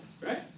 right